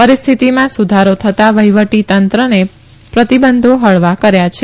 પરિસ્થિતિમાં સુધારો થતાં વહીવટી તંત્રને પ્રતિબંધો હળવા કર્યા છે